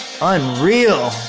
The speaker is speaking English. Unreal